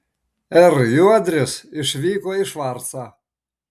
r juodris išvyko į švarcą